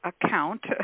account